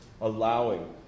allowing